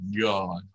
god